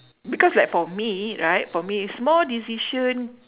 because like for me right for me small decision